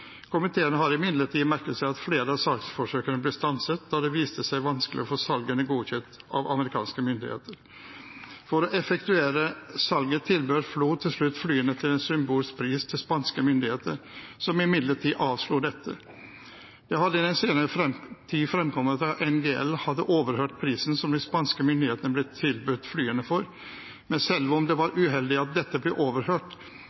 Komiteen har imidlertid merket seg at flere av salgsforsøkene ble stanset da det viste seg vanskelig å få salgene godkjent av amerikanske myndigheter. For å effektuere salget tilbød FLO til slutt flyene til en symbolsk pris til spanske myndigheter, som imidlertid avslo dette. Det har i den senere tid fremkommet at NGL hadde overhørt prisen som de spanske myndighetene ble tilbudt flyene for, men selv om det var uheldig at dette ble overhørt,